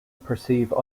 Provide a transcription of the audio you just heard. perceive